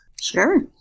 Sure